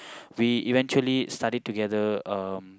we eventually studied together um